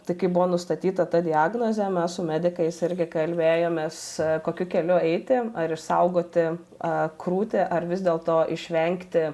tai kai buvo nustatyta ta diagnozė mes su medikais irgi kalbėjomės kokiu keliu eiti ar išsaugoti a krūtį ar vis dėlto išvengti